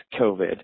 COVID